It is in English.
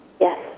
Yes